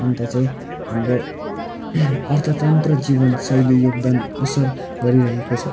अन्त चाहिँ हाम्रो अर्थतन्त्र जीवनशैली योगदान असर गरिरहेको छ